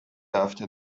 after